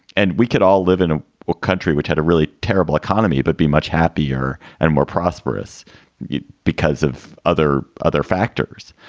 and we could all live in a country which had a really terrible economy but be much happier and more prosperous because of other other factors.